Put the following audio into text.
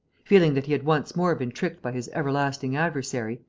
feeling that he had once more been tricked by his everlasting adversary,